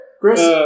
Chris